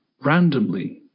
randomly